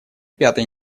пятой